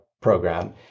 program